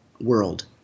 world